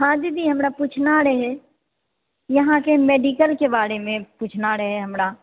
हँ दीदी हमरा पुछना रहै यहाँ के मेडिकल के बारे मे पुछना रहै हमरा